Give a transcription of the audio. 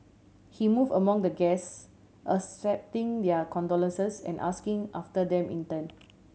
he move among the guests accepting their condolences and asking after them in turn